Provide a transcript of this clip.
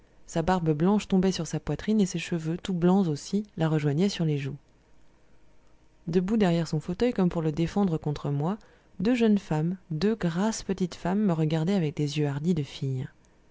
sa barbe blanche tombait sur sa poitrine et ses cheveux tout blancs aussi la rejoignaient sur les joues debout derrière son fauteuil comme pour le défendre contre moi deux jeunes femmes deux grasses petites femmes me regardaient avec des yeux hardis de filles